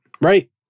right